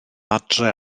adre